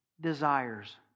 desires